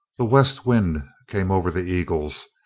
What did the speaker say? the west wind came over the eagles,